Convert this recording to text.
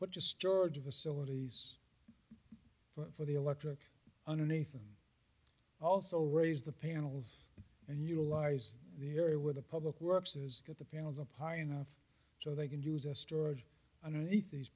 put just storage facilities for the electric underneath and also raise the panels and utilize the area where the public works is get the panels up high enough so they can use a storage underneath these